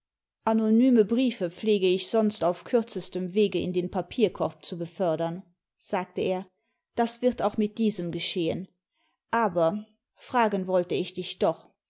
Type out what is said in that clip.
anonyme briefe pflege ich sonst auf kürzestem wege in den papierkorb zu befördern sagte er das wird auch mit diesem geschehen aber fragen wollte ich dich doch